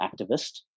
activist